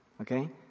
okay